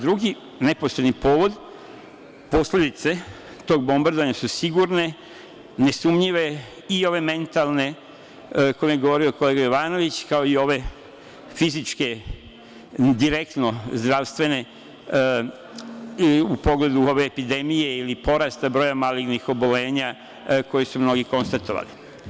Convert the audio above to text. Drugi, neposredni povod, posledice tog bombardovanja su sigurne, nesumnjive i ove mentalne, o kojima je govorio kolega Jovanović, kao i ove fizičke direktno zdravstvene u pogledu ove epidemije ili porasta broja malignih oboljenja koje su mnogi konstatovali.